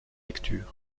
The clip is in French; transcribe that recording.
lectures